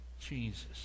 Jesus